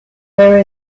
there